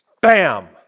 Bam